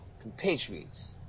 compatriots